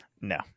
No